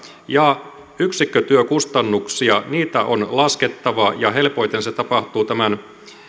ja yksikkötyökustannuksia on laskettava ja helpoiten se tapahtuu tämän